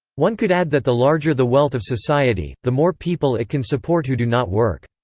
one could add that the larger the wealth of society, the more people it can support who do not work.